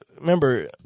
remember